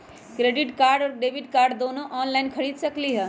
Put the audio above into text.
Credit card और debit card दोनों से ऑनलाइन खरीद सकली ह?